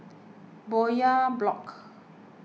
Bowyer Block